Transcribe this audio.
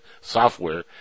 software